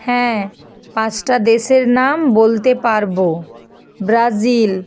হ্যাঁ পাঁচটা দেশের নাম বলতে পারবো ব্রাজিল